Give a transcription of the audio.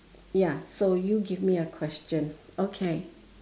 ya so you give me a question okay